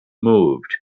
moved